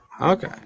okay